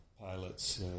pilots